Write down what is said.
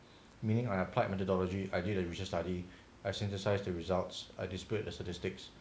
meaning I applied methodology I did the research study I synthesized the results I disputed the statistics